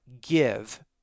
give